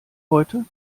heute